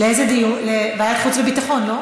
לחוץ וביטחון.